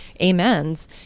amens